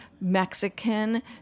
mexican